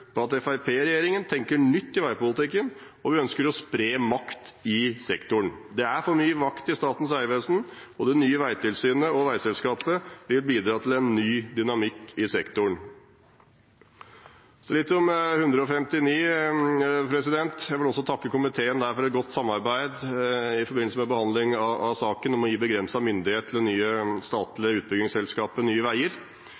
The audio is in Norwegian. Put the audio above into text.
på at Fremskrittspartiet og regjeringen tenker nytt i veipolitikken, og vi ønsker å spre makt i sektoren. Det er for mye makt i Statens vegvesen. Det nye veitilsynet og veiselskapet vil bidra til en ny dynamikk i sektoren. Litt om Prop. 159 L for 2015–2016. Jeg vil også her takke komiteen for et godt samarbeid i forbindelse med behandlingen av saken om å gi begrenset myndighet til det nye